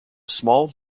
small